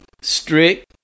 strict